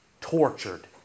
Tortured